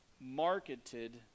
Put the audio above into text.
marketed